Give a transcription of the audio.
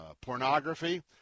Pornography